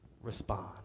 respond